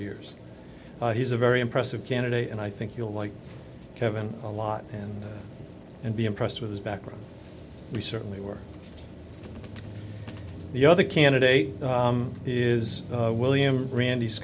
of years he's a very impressive candidate and i think you'll like kevin a lot and and be impressed with his background we certainly were the other candidate is william randy